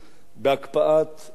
בהקפאת הבנייה,